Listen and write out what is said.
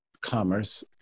commerce